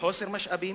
מחוסר משאבים